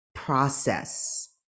process